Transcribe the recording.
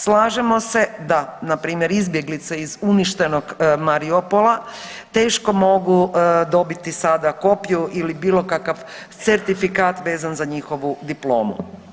Slažemo se da na primjer izbjeglice iz uništenog Mariupolja teško mogu dobiti sada kopiju ili bilo kakav certifikat vezan za njihovu diplomu.